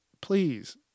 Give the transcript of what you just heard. Please